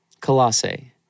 Colossae